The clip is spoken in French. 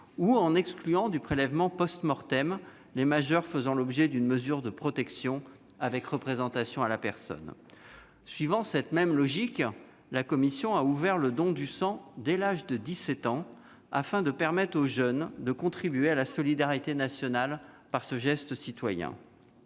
ou d'exclure du prélèvement les majeurs faisant l'objet d'une mesure de protection avec représentation à la personne. Suivant cette même logique, la commission a ouvert le don du sang dès l'âge de 17 ans, afin de permettre aux jeunes de contribuer à la solidarité nationale par ce geste citoyen.